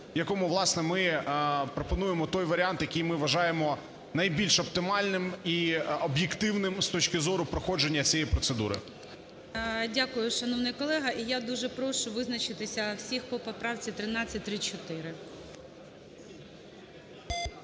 ми пропонуємо той варіант, який ми вважаємо, найбільш оптимальним і об'єктивним з точки зору проходження цієї процедури. ГОЛОВУЮЧИЙ. Дякую, шановний колего. І я дуже прошу визначитися всіх по правці 1334.